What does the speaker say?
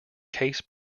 case